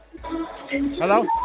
Hello